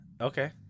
okay